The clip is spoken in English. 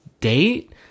date-